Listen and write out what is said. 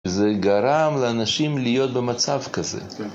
זה גרם לאנשים להיות במצב כזה.